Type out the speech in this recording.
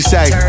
Say